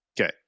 Okay